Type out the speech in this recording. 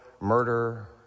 murder